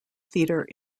theatre